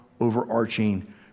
overarching